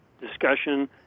discussion